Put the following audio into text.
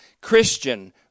Christian